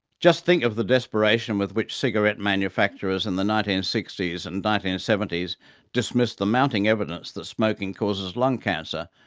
just think of the desperation with which cigarette manufacturers in the nineteen sixty s and nineteen seventy s dismissed the mounting evidence that smoking causes lung cancer,